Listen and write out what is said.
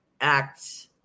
acts